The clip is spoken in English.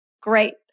great